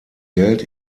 geld